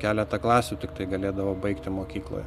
keletą klasių tiktai galėdavo baigti mokykloje